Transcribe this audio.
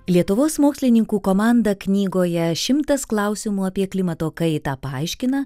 lietuvos mokslininkų komanda knygoje šimtas klausimų apie klimato kaitą paaiškina